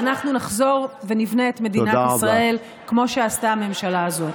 ואנחנו נחזור ונבנה את מדינת ישראל כמו שעשתה הממשלה הזאת.